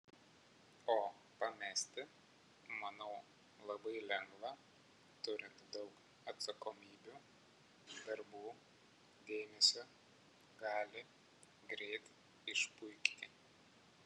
o pamesti manau labai lengva turint daug atsakomybių darbų dėmesio gali greit išpuikti